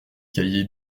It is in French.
cahier